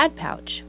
Pouch